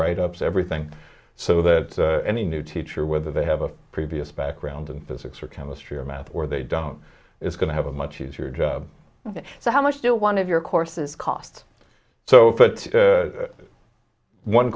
write ups everything so that any new teacher whether they have a previous background in physics or chemistry or math or they don't is going to have a much easier job so how much do one of your courses cost so